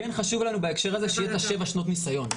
כן חשוב לנו בהקשר הזה שיהיו לו שבע שנות ניסיון.